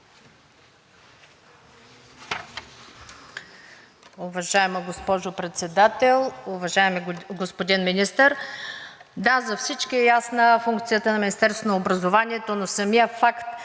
Уважаема госпожо Председател, уважаеми господин Министър! Да, за всички е ясна функцията на Министерството на образованието, но самият факт,